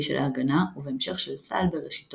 הראשי של "ההגנה" ובהמשך של צה"ל בראשיתו,